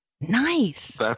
Nice